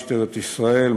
משטרת ישראל,